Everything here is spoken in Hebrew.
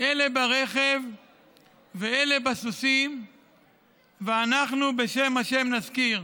"אלה ברכב ואלה בסוסים ואנחנו בשם ה' אלוהינו נזכיר.